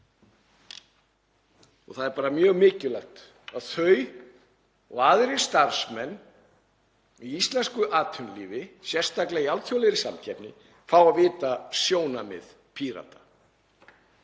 Það er mjög mikilvægt að það og aðrir starfsmenn í íslensku atvinnulífi, sérstaklega í alþjóðlegri samkeppni, fái að vita sjónarmið Pírata.